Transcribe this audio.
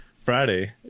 Friday